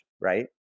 right